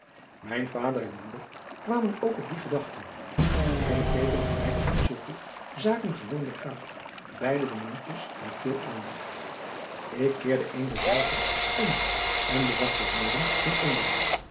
mijn vader en broeder kwamen ook op die gedachte wij bekeken gelijk het met zulke zaken gewoonlijk gaat beide de mandjes met veel aandacht ik keerde een derzelver om en bezag den bodem van onderen